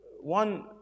one